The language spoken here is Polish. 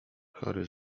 chory